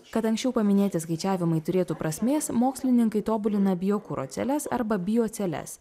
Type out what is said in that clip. kad anksčiau paminėti skaičiavimai turėtų prasmės mokslininkai tobulina biokuro celes arba bioceles